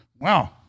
wow